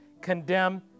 condemn